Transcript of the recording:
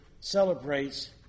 celebrates